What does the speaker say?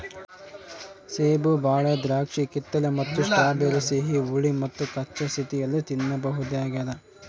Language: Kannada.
ಸೇಬು ಬಾಳೆ ದ್ರಾಕ್ಷಿಕಿತ್ತಳೆ ಮತ್ತು ಸ್ಟ್ರಾಬೆರಿ ಸಿಹಿ ಹುಳಿ ಮತ್ತುಕಚ್ಚಾ ಸ್ಥಿತಿಯಲ್ಲಿ ತಿನ್ನಬಹುದಾಗ್ಯದ